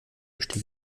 stieg